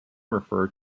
refer